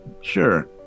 sure